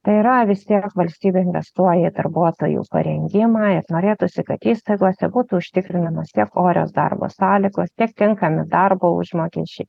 tai yra vis tiek valstybė investuoja į darbuotojų parengimą ir norėtųsi kad įstaigose būtų užtikrinamos tiek orios darbo sąlygos tiek tinkami darbo užmokesčiai